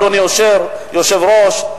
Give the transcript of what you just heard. אדוני היושב-ראש,